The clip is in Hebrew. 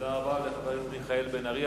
תודה רבה לחבר הכנסת מיכאל בן-ארי.